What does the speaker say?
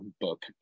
book